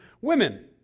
Women